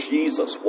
Jesus